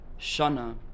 Shana